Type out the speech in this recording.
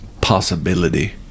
possibility